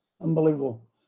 Unbelievable